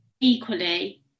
equally